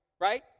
right